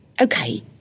okay